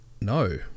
No